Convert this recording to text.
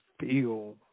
feel